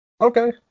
Okay